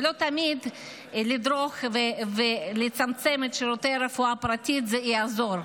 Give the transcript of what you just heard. ולא תמיד לצמצם את שירותי הרפואה הפרטית זה יעזור.